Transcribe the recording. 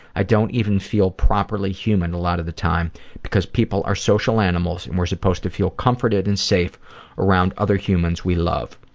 i don't even feel properly human a lot of the time because people are social animals and we're supposed to feel comforted and safe around other humans we love.